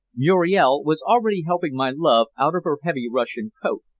muriel was already helping my love out of her heavy russian coat,